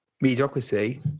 mediocrity